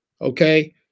okay